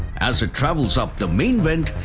as it travels up the main vent,